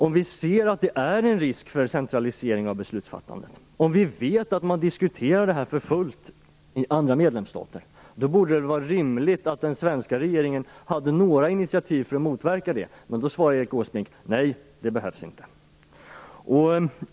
Om vi ser att det är en risk för centralisering av beslutsfattandet och om vi vet att detta diskuteras för fullt i andra medlemsstater, så borde det väl vara rimligt att den svenska regeringen hade några initiativ för att motverka det. Men då svarar Erik Åsbrink: Nej, det behövs inte.